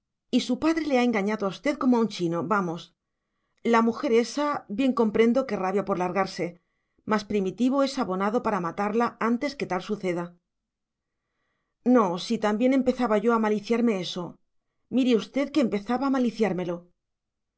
y su padre le ha engañado a usted como a un chino vamos la mujer ésa bien comprendo que rabia por largarse mas primitivo es abonado para matarla antes que tal suceda no si también empezaba yo a maliciarme eso mire usted que empezaba a maliciármelo el